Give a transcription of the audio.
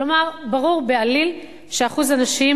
כלומר, ברור בעליל שאחוז הנשים